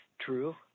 true